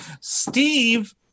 Steve